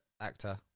actor